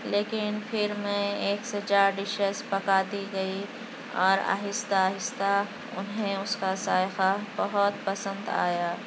لیکن پھر میں ایک سے چار ڈشز پکاتی گئی اور آہستہ آہستہ اُنہیں اُس کا ذائقہ بہت پسند آیا